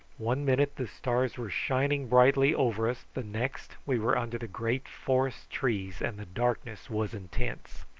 one minute the stars were shining brightly over us, the next we were under the great forest trees, and the darkness was intense.